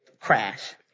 crash